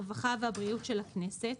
הרווחה והבריאות של הכנסת,